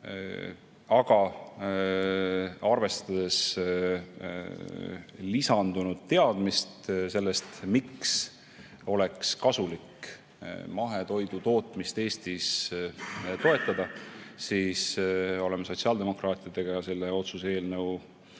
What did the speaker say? Aga arvestades lisandunud teadmist selle kohta, miks oleks kasulik mahetoidu tootmist Eestis toetada, oleme sotsiaaldemokraatidega selle otsuse eelnõu